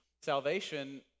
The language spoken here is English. salvation